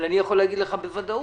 ואני יכול להגיד לך בוודאות,